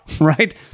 right